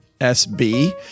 SB